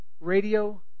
Radio